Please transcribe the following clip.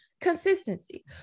consistency